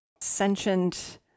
sentient